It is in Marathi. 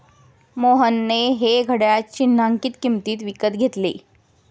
मोहनने हे घड्याळ चिन्हांकित किंमतीत विकत घेतले